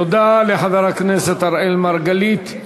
תודה לחבר הכנסת אראל מרגלית.